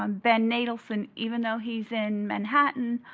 um ben natelson. even though he's in manhattan,